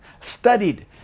studied